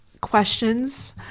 questions